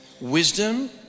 wisdom